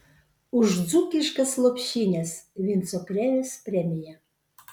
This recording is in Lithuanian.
už dzūkiškas lopšines vinco krėvės premija